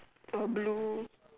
got blue